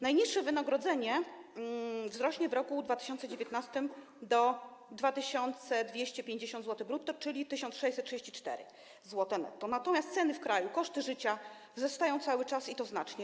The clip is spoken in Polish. Najniższe wynagrodzenie wzrośnie w roku 2019 do 2250 zł brutto, czyli do 1634 zł netto, natomiast ceny w kraju, koszty życia wzrastają cały czas i to znacznie.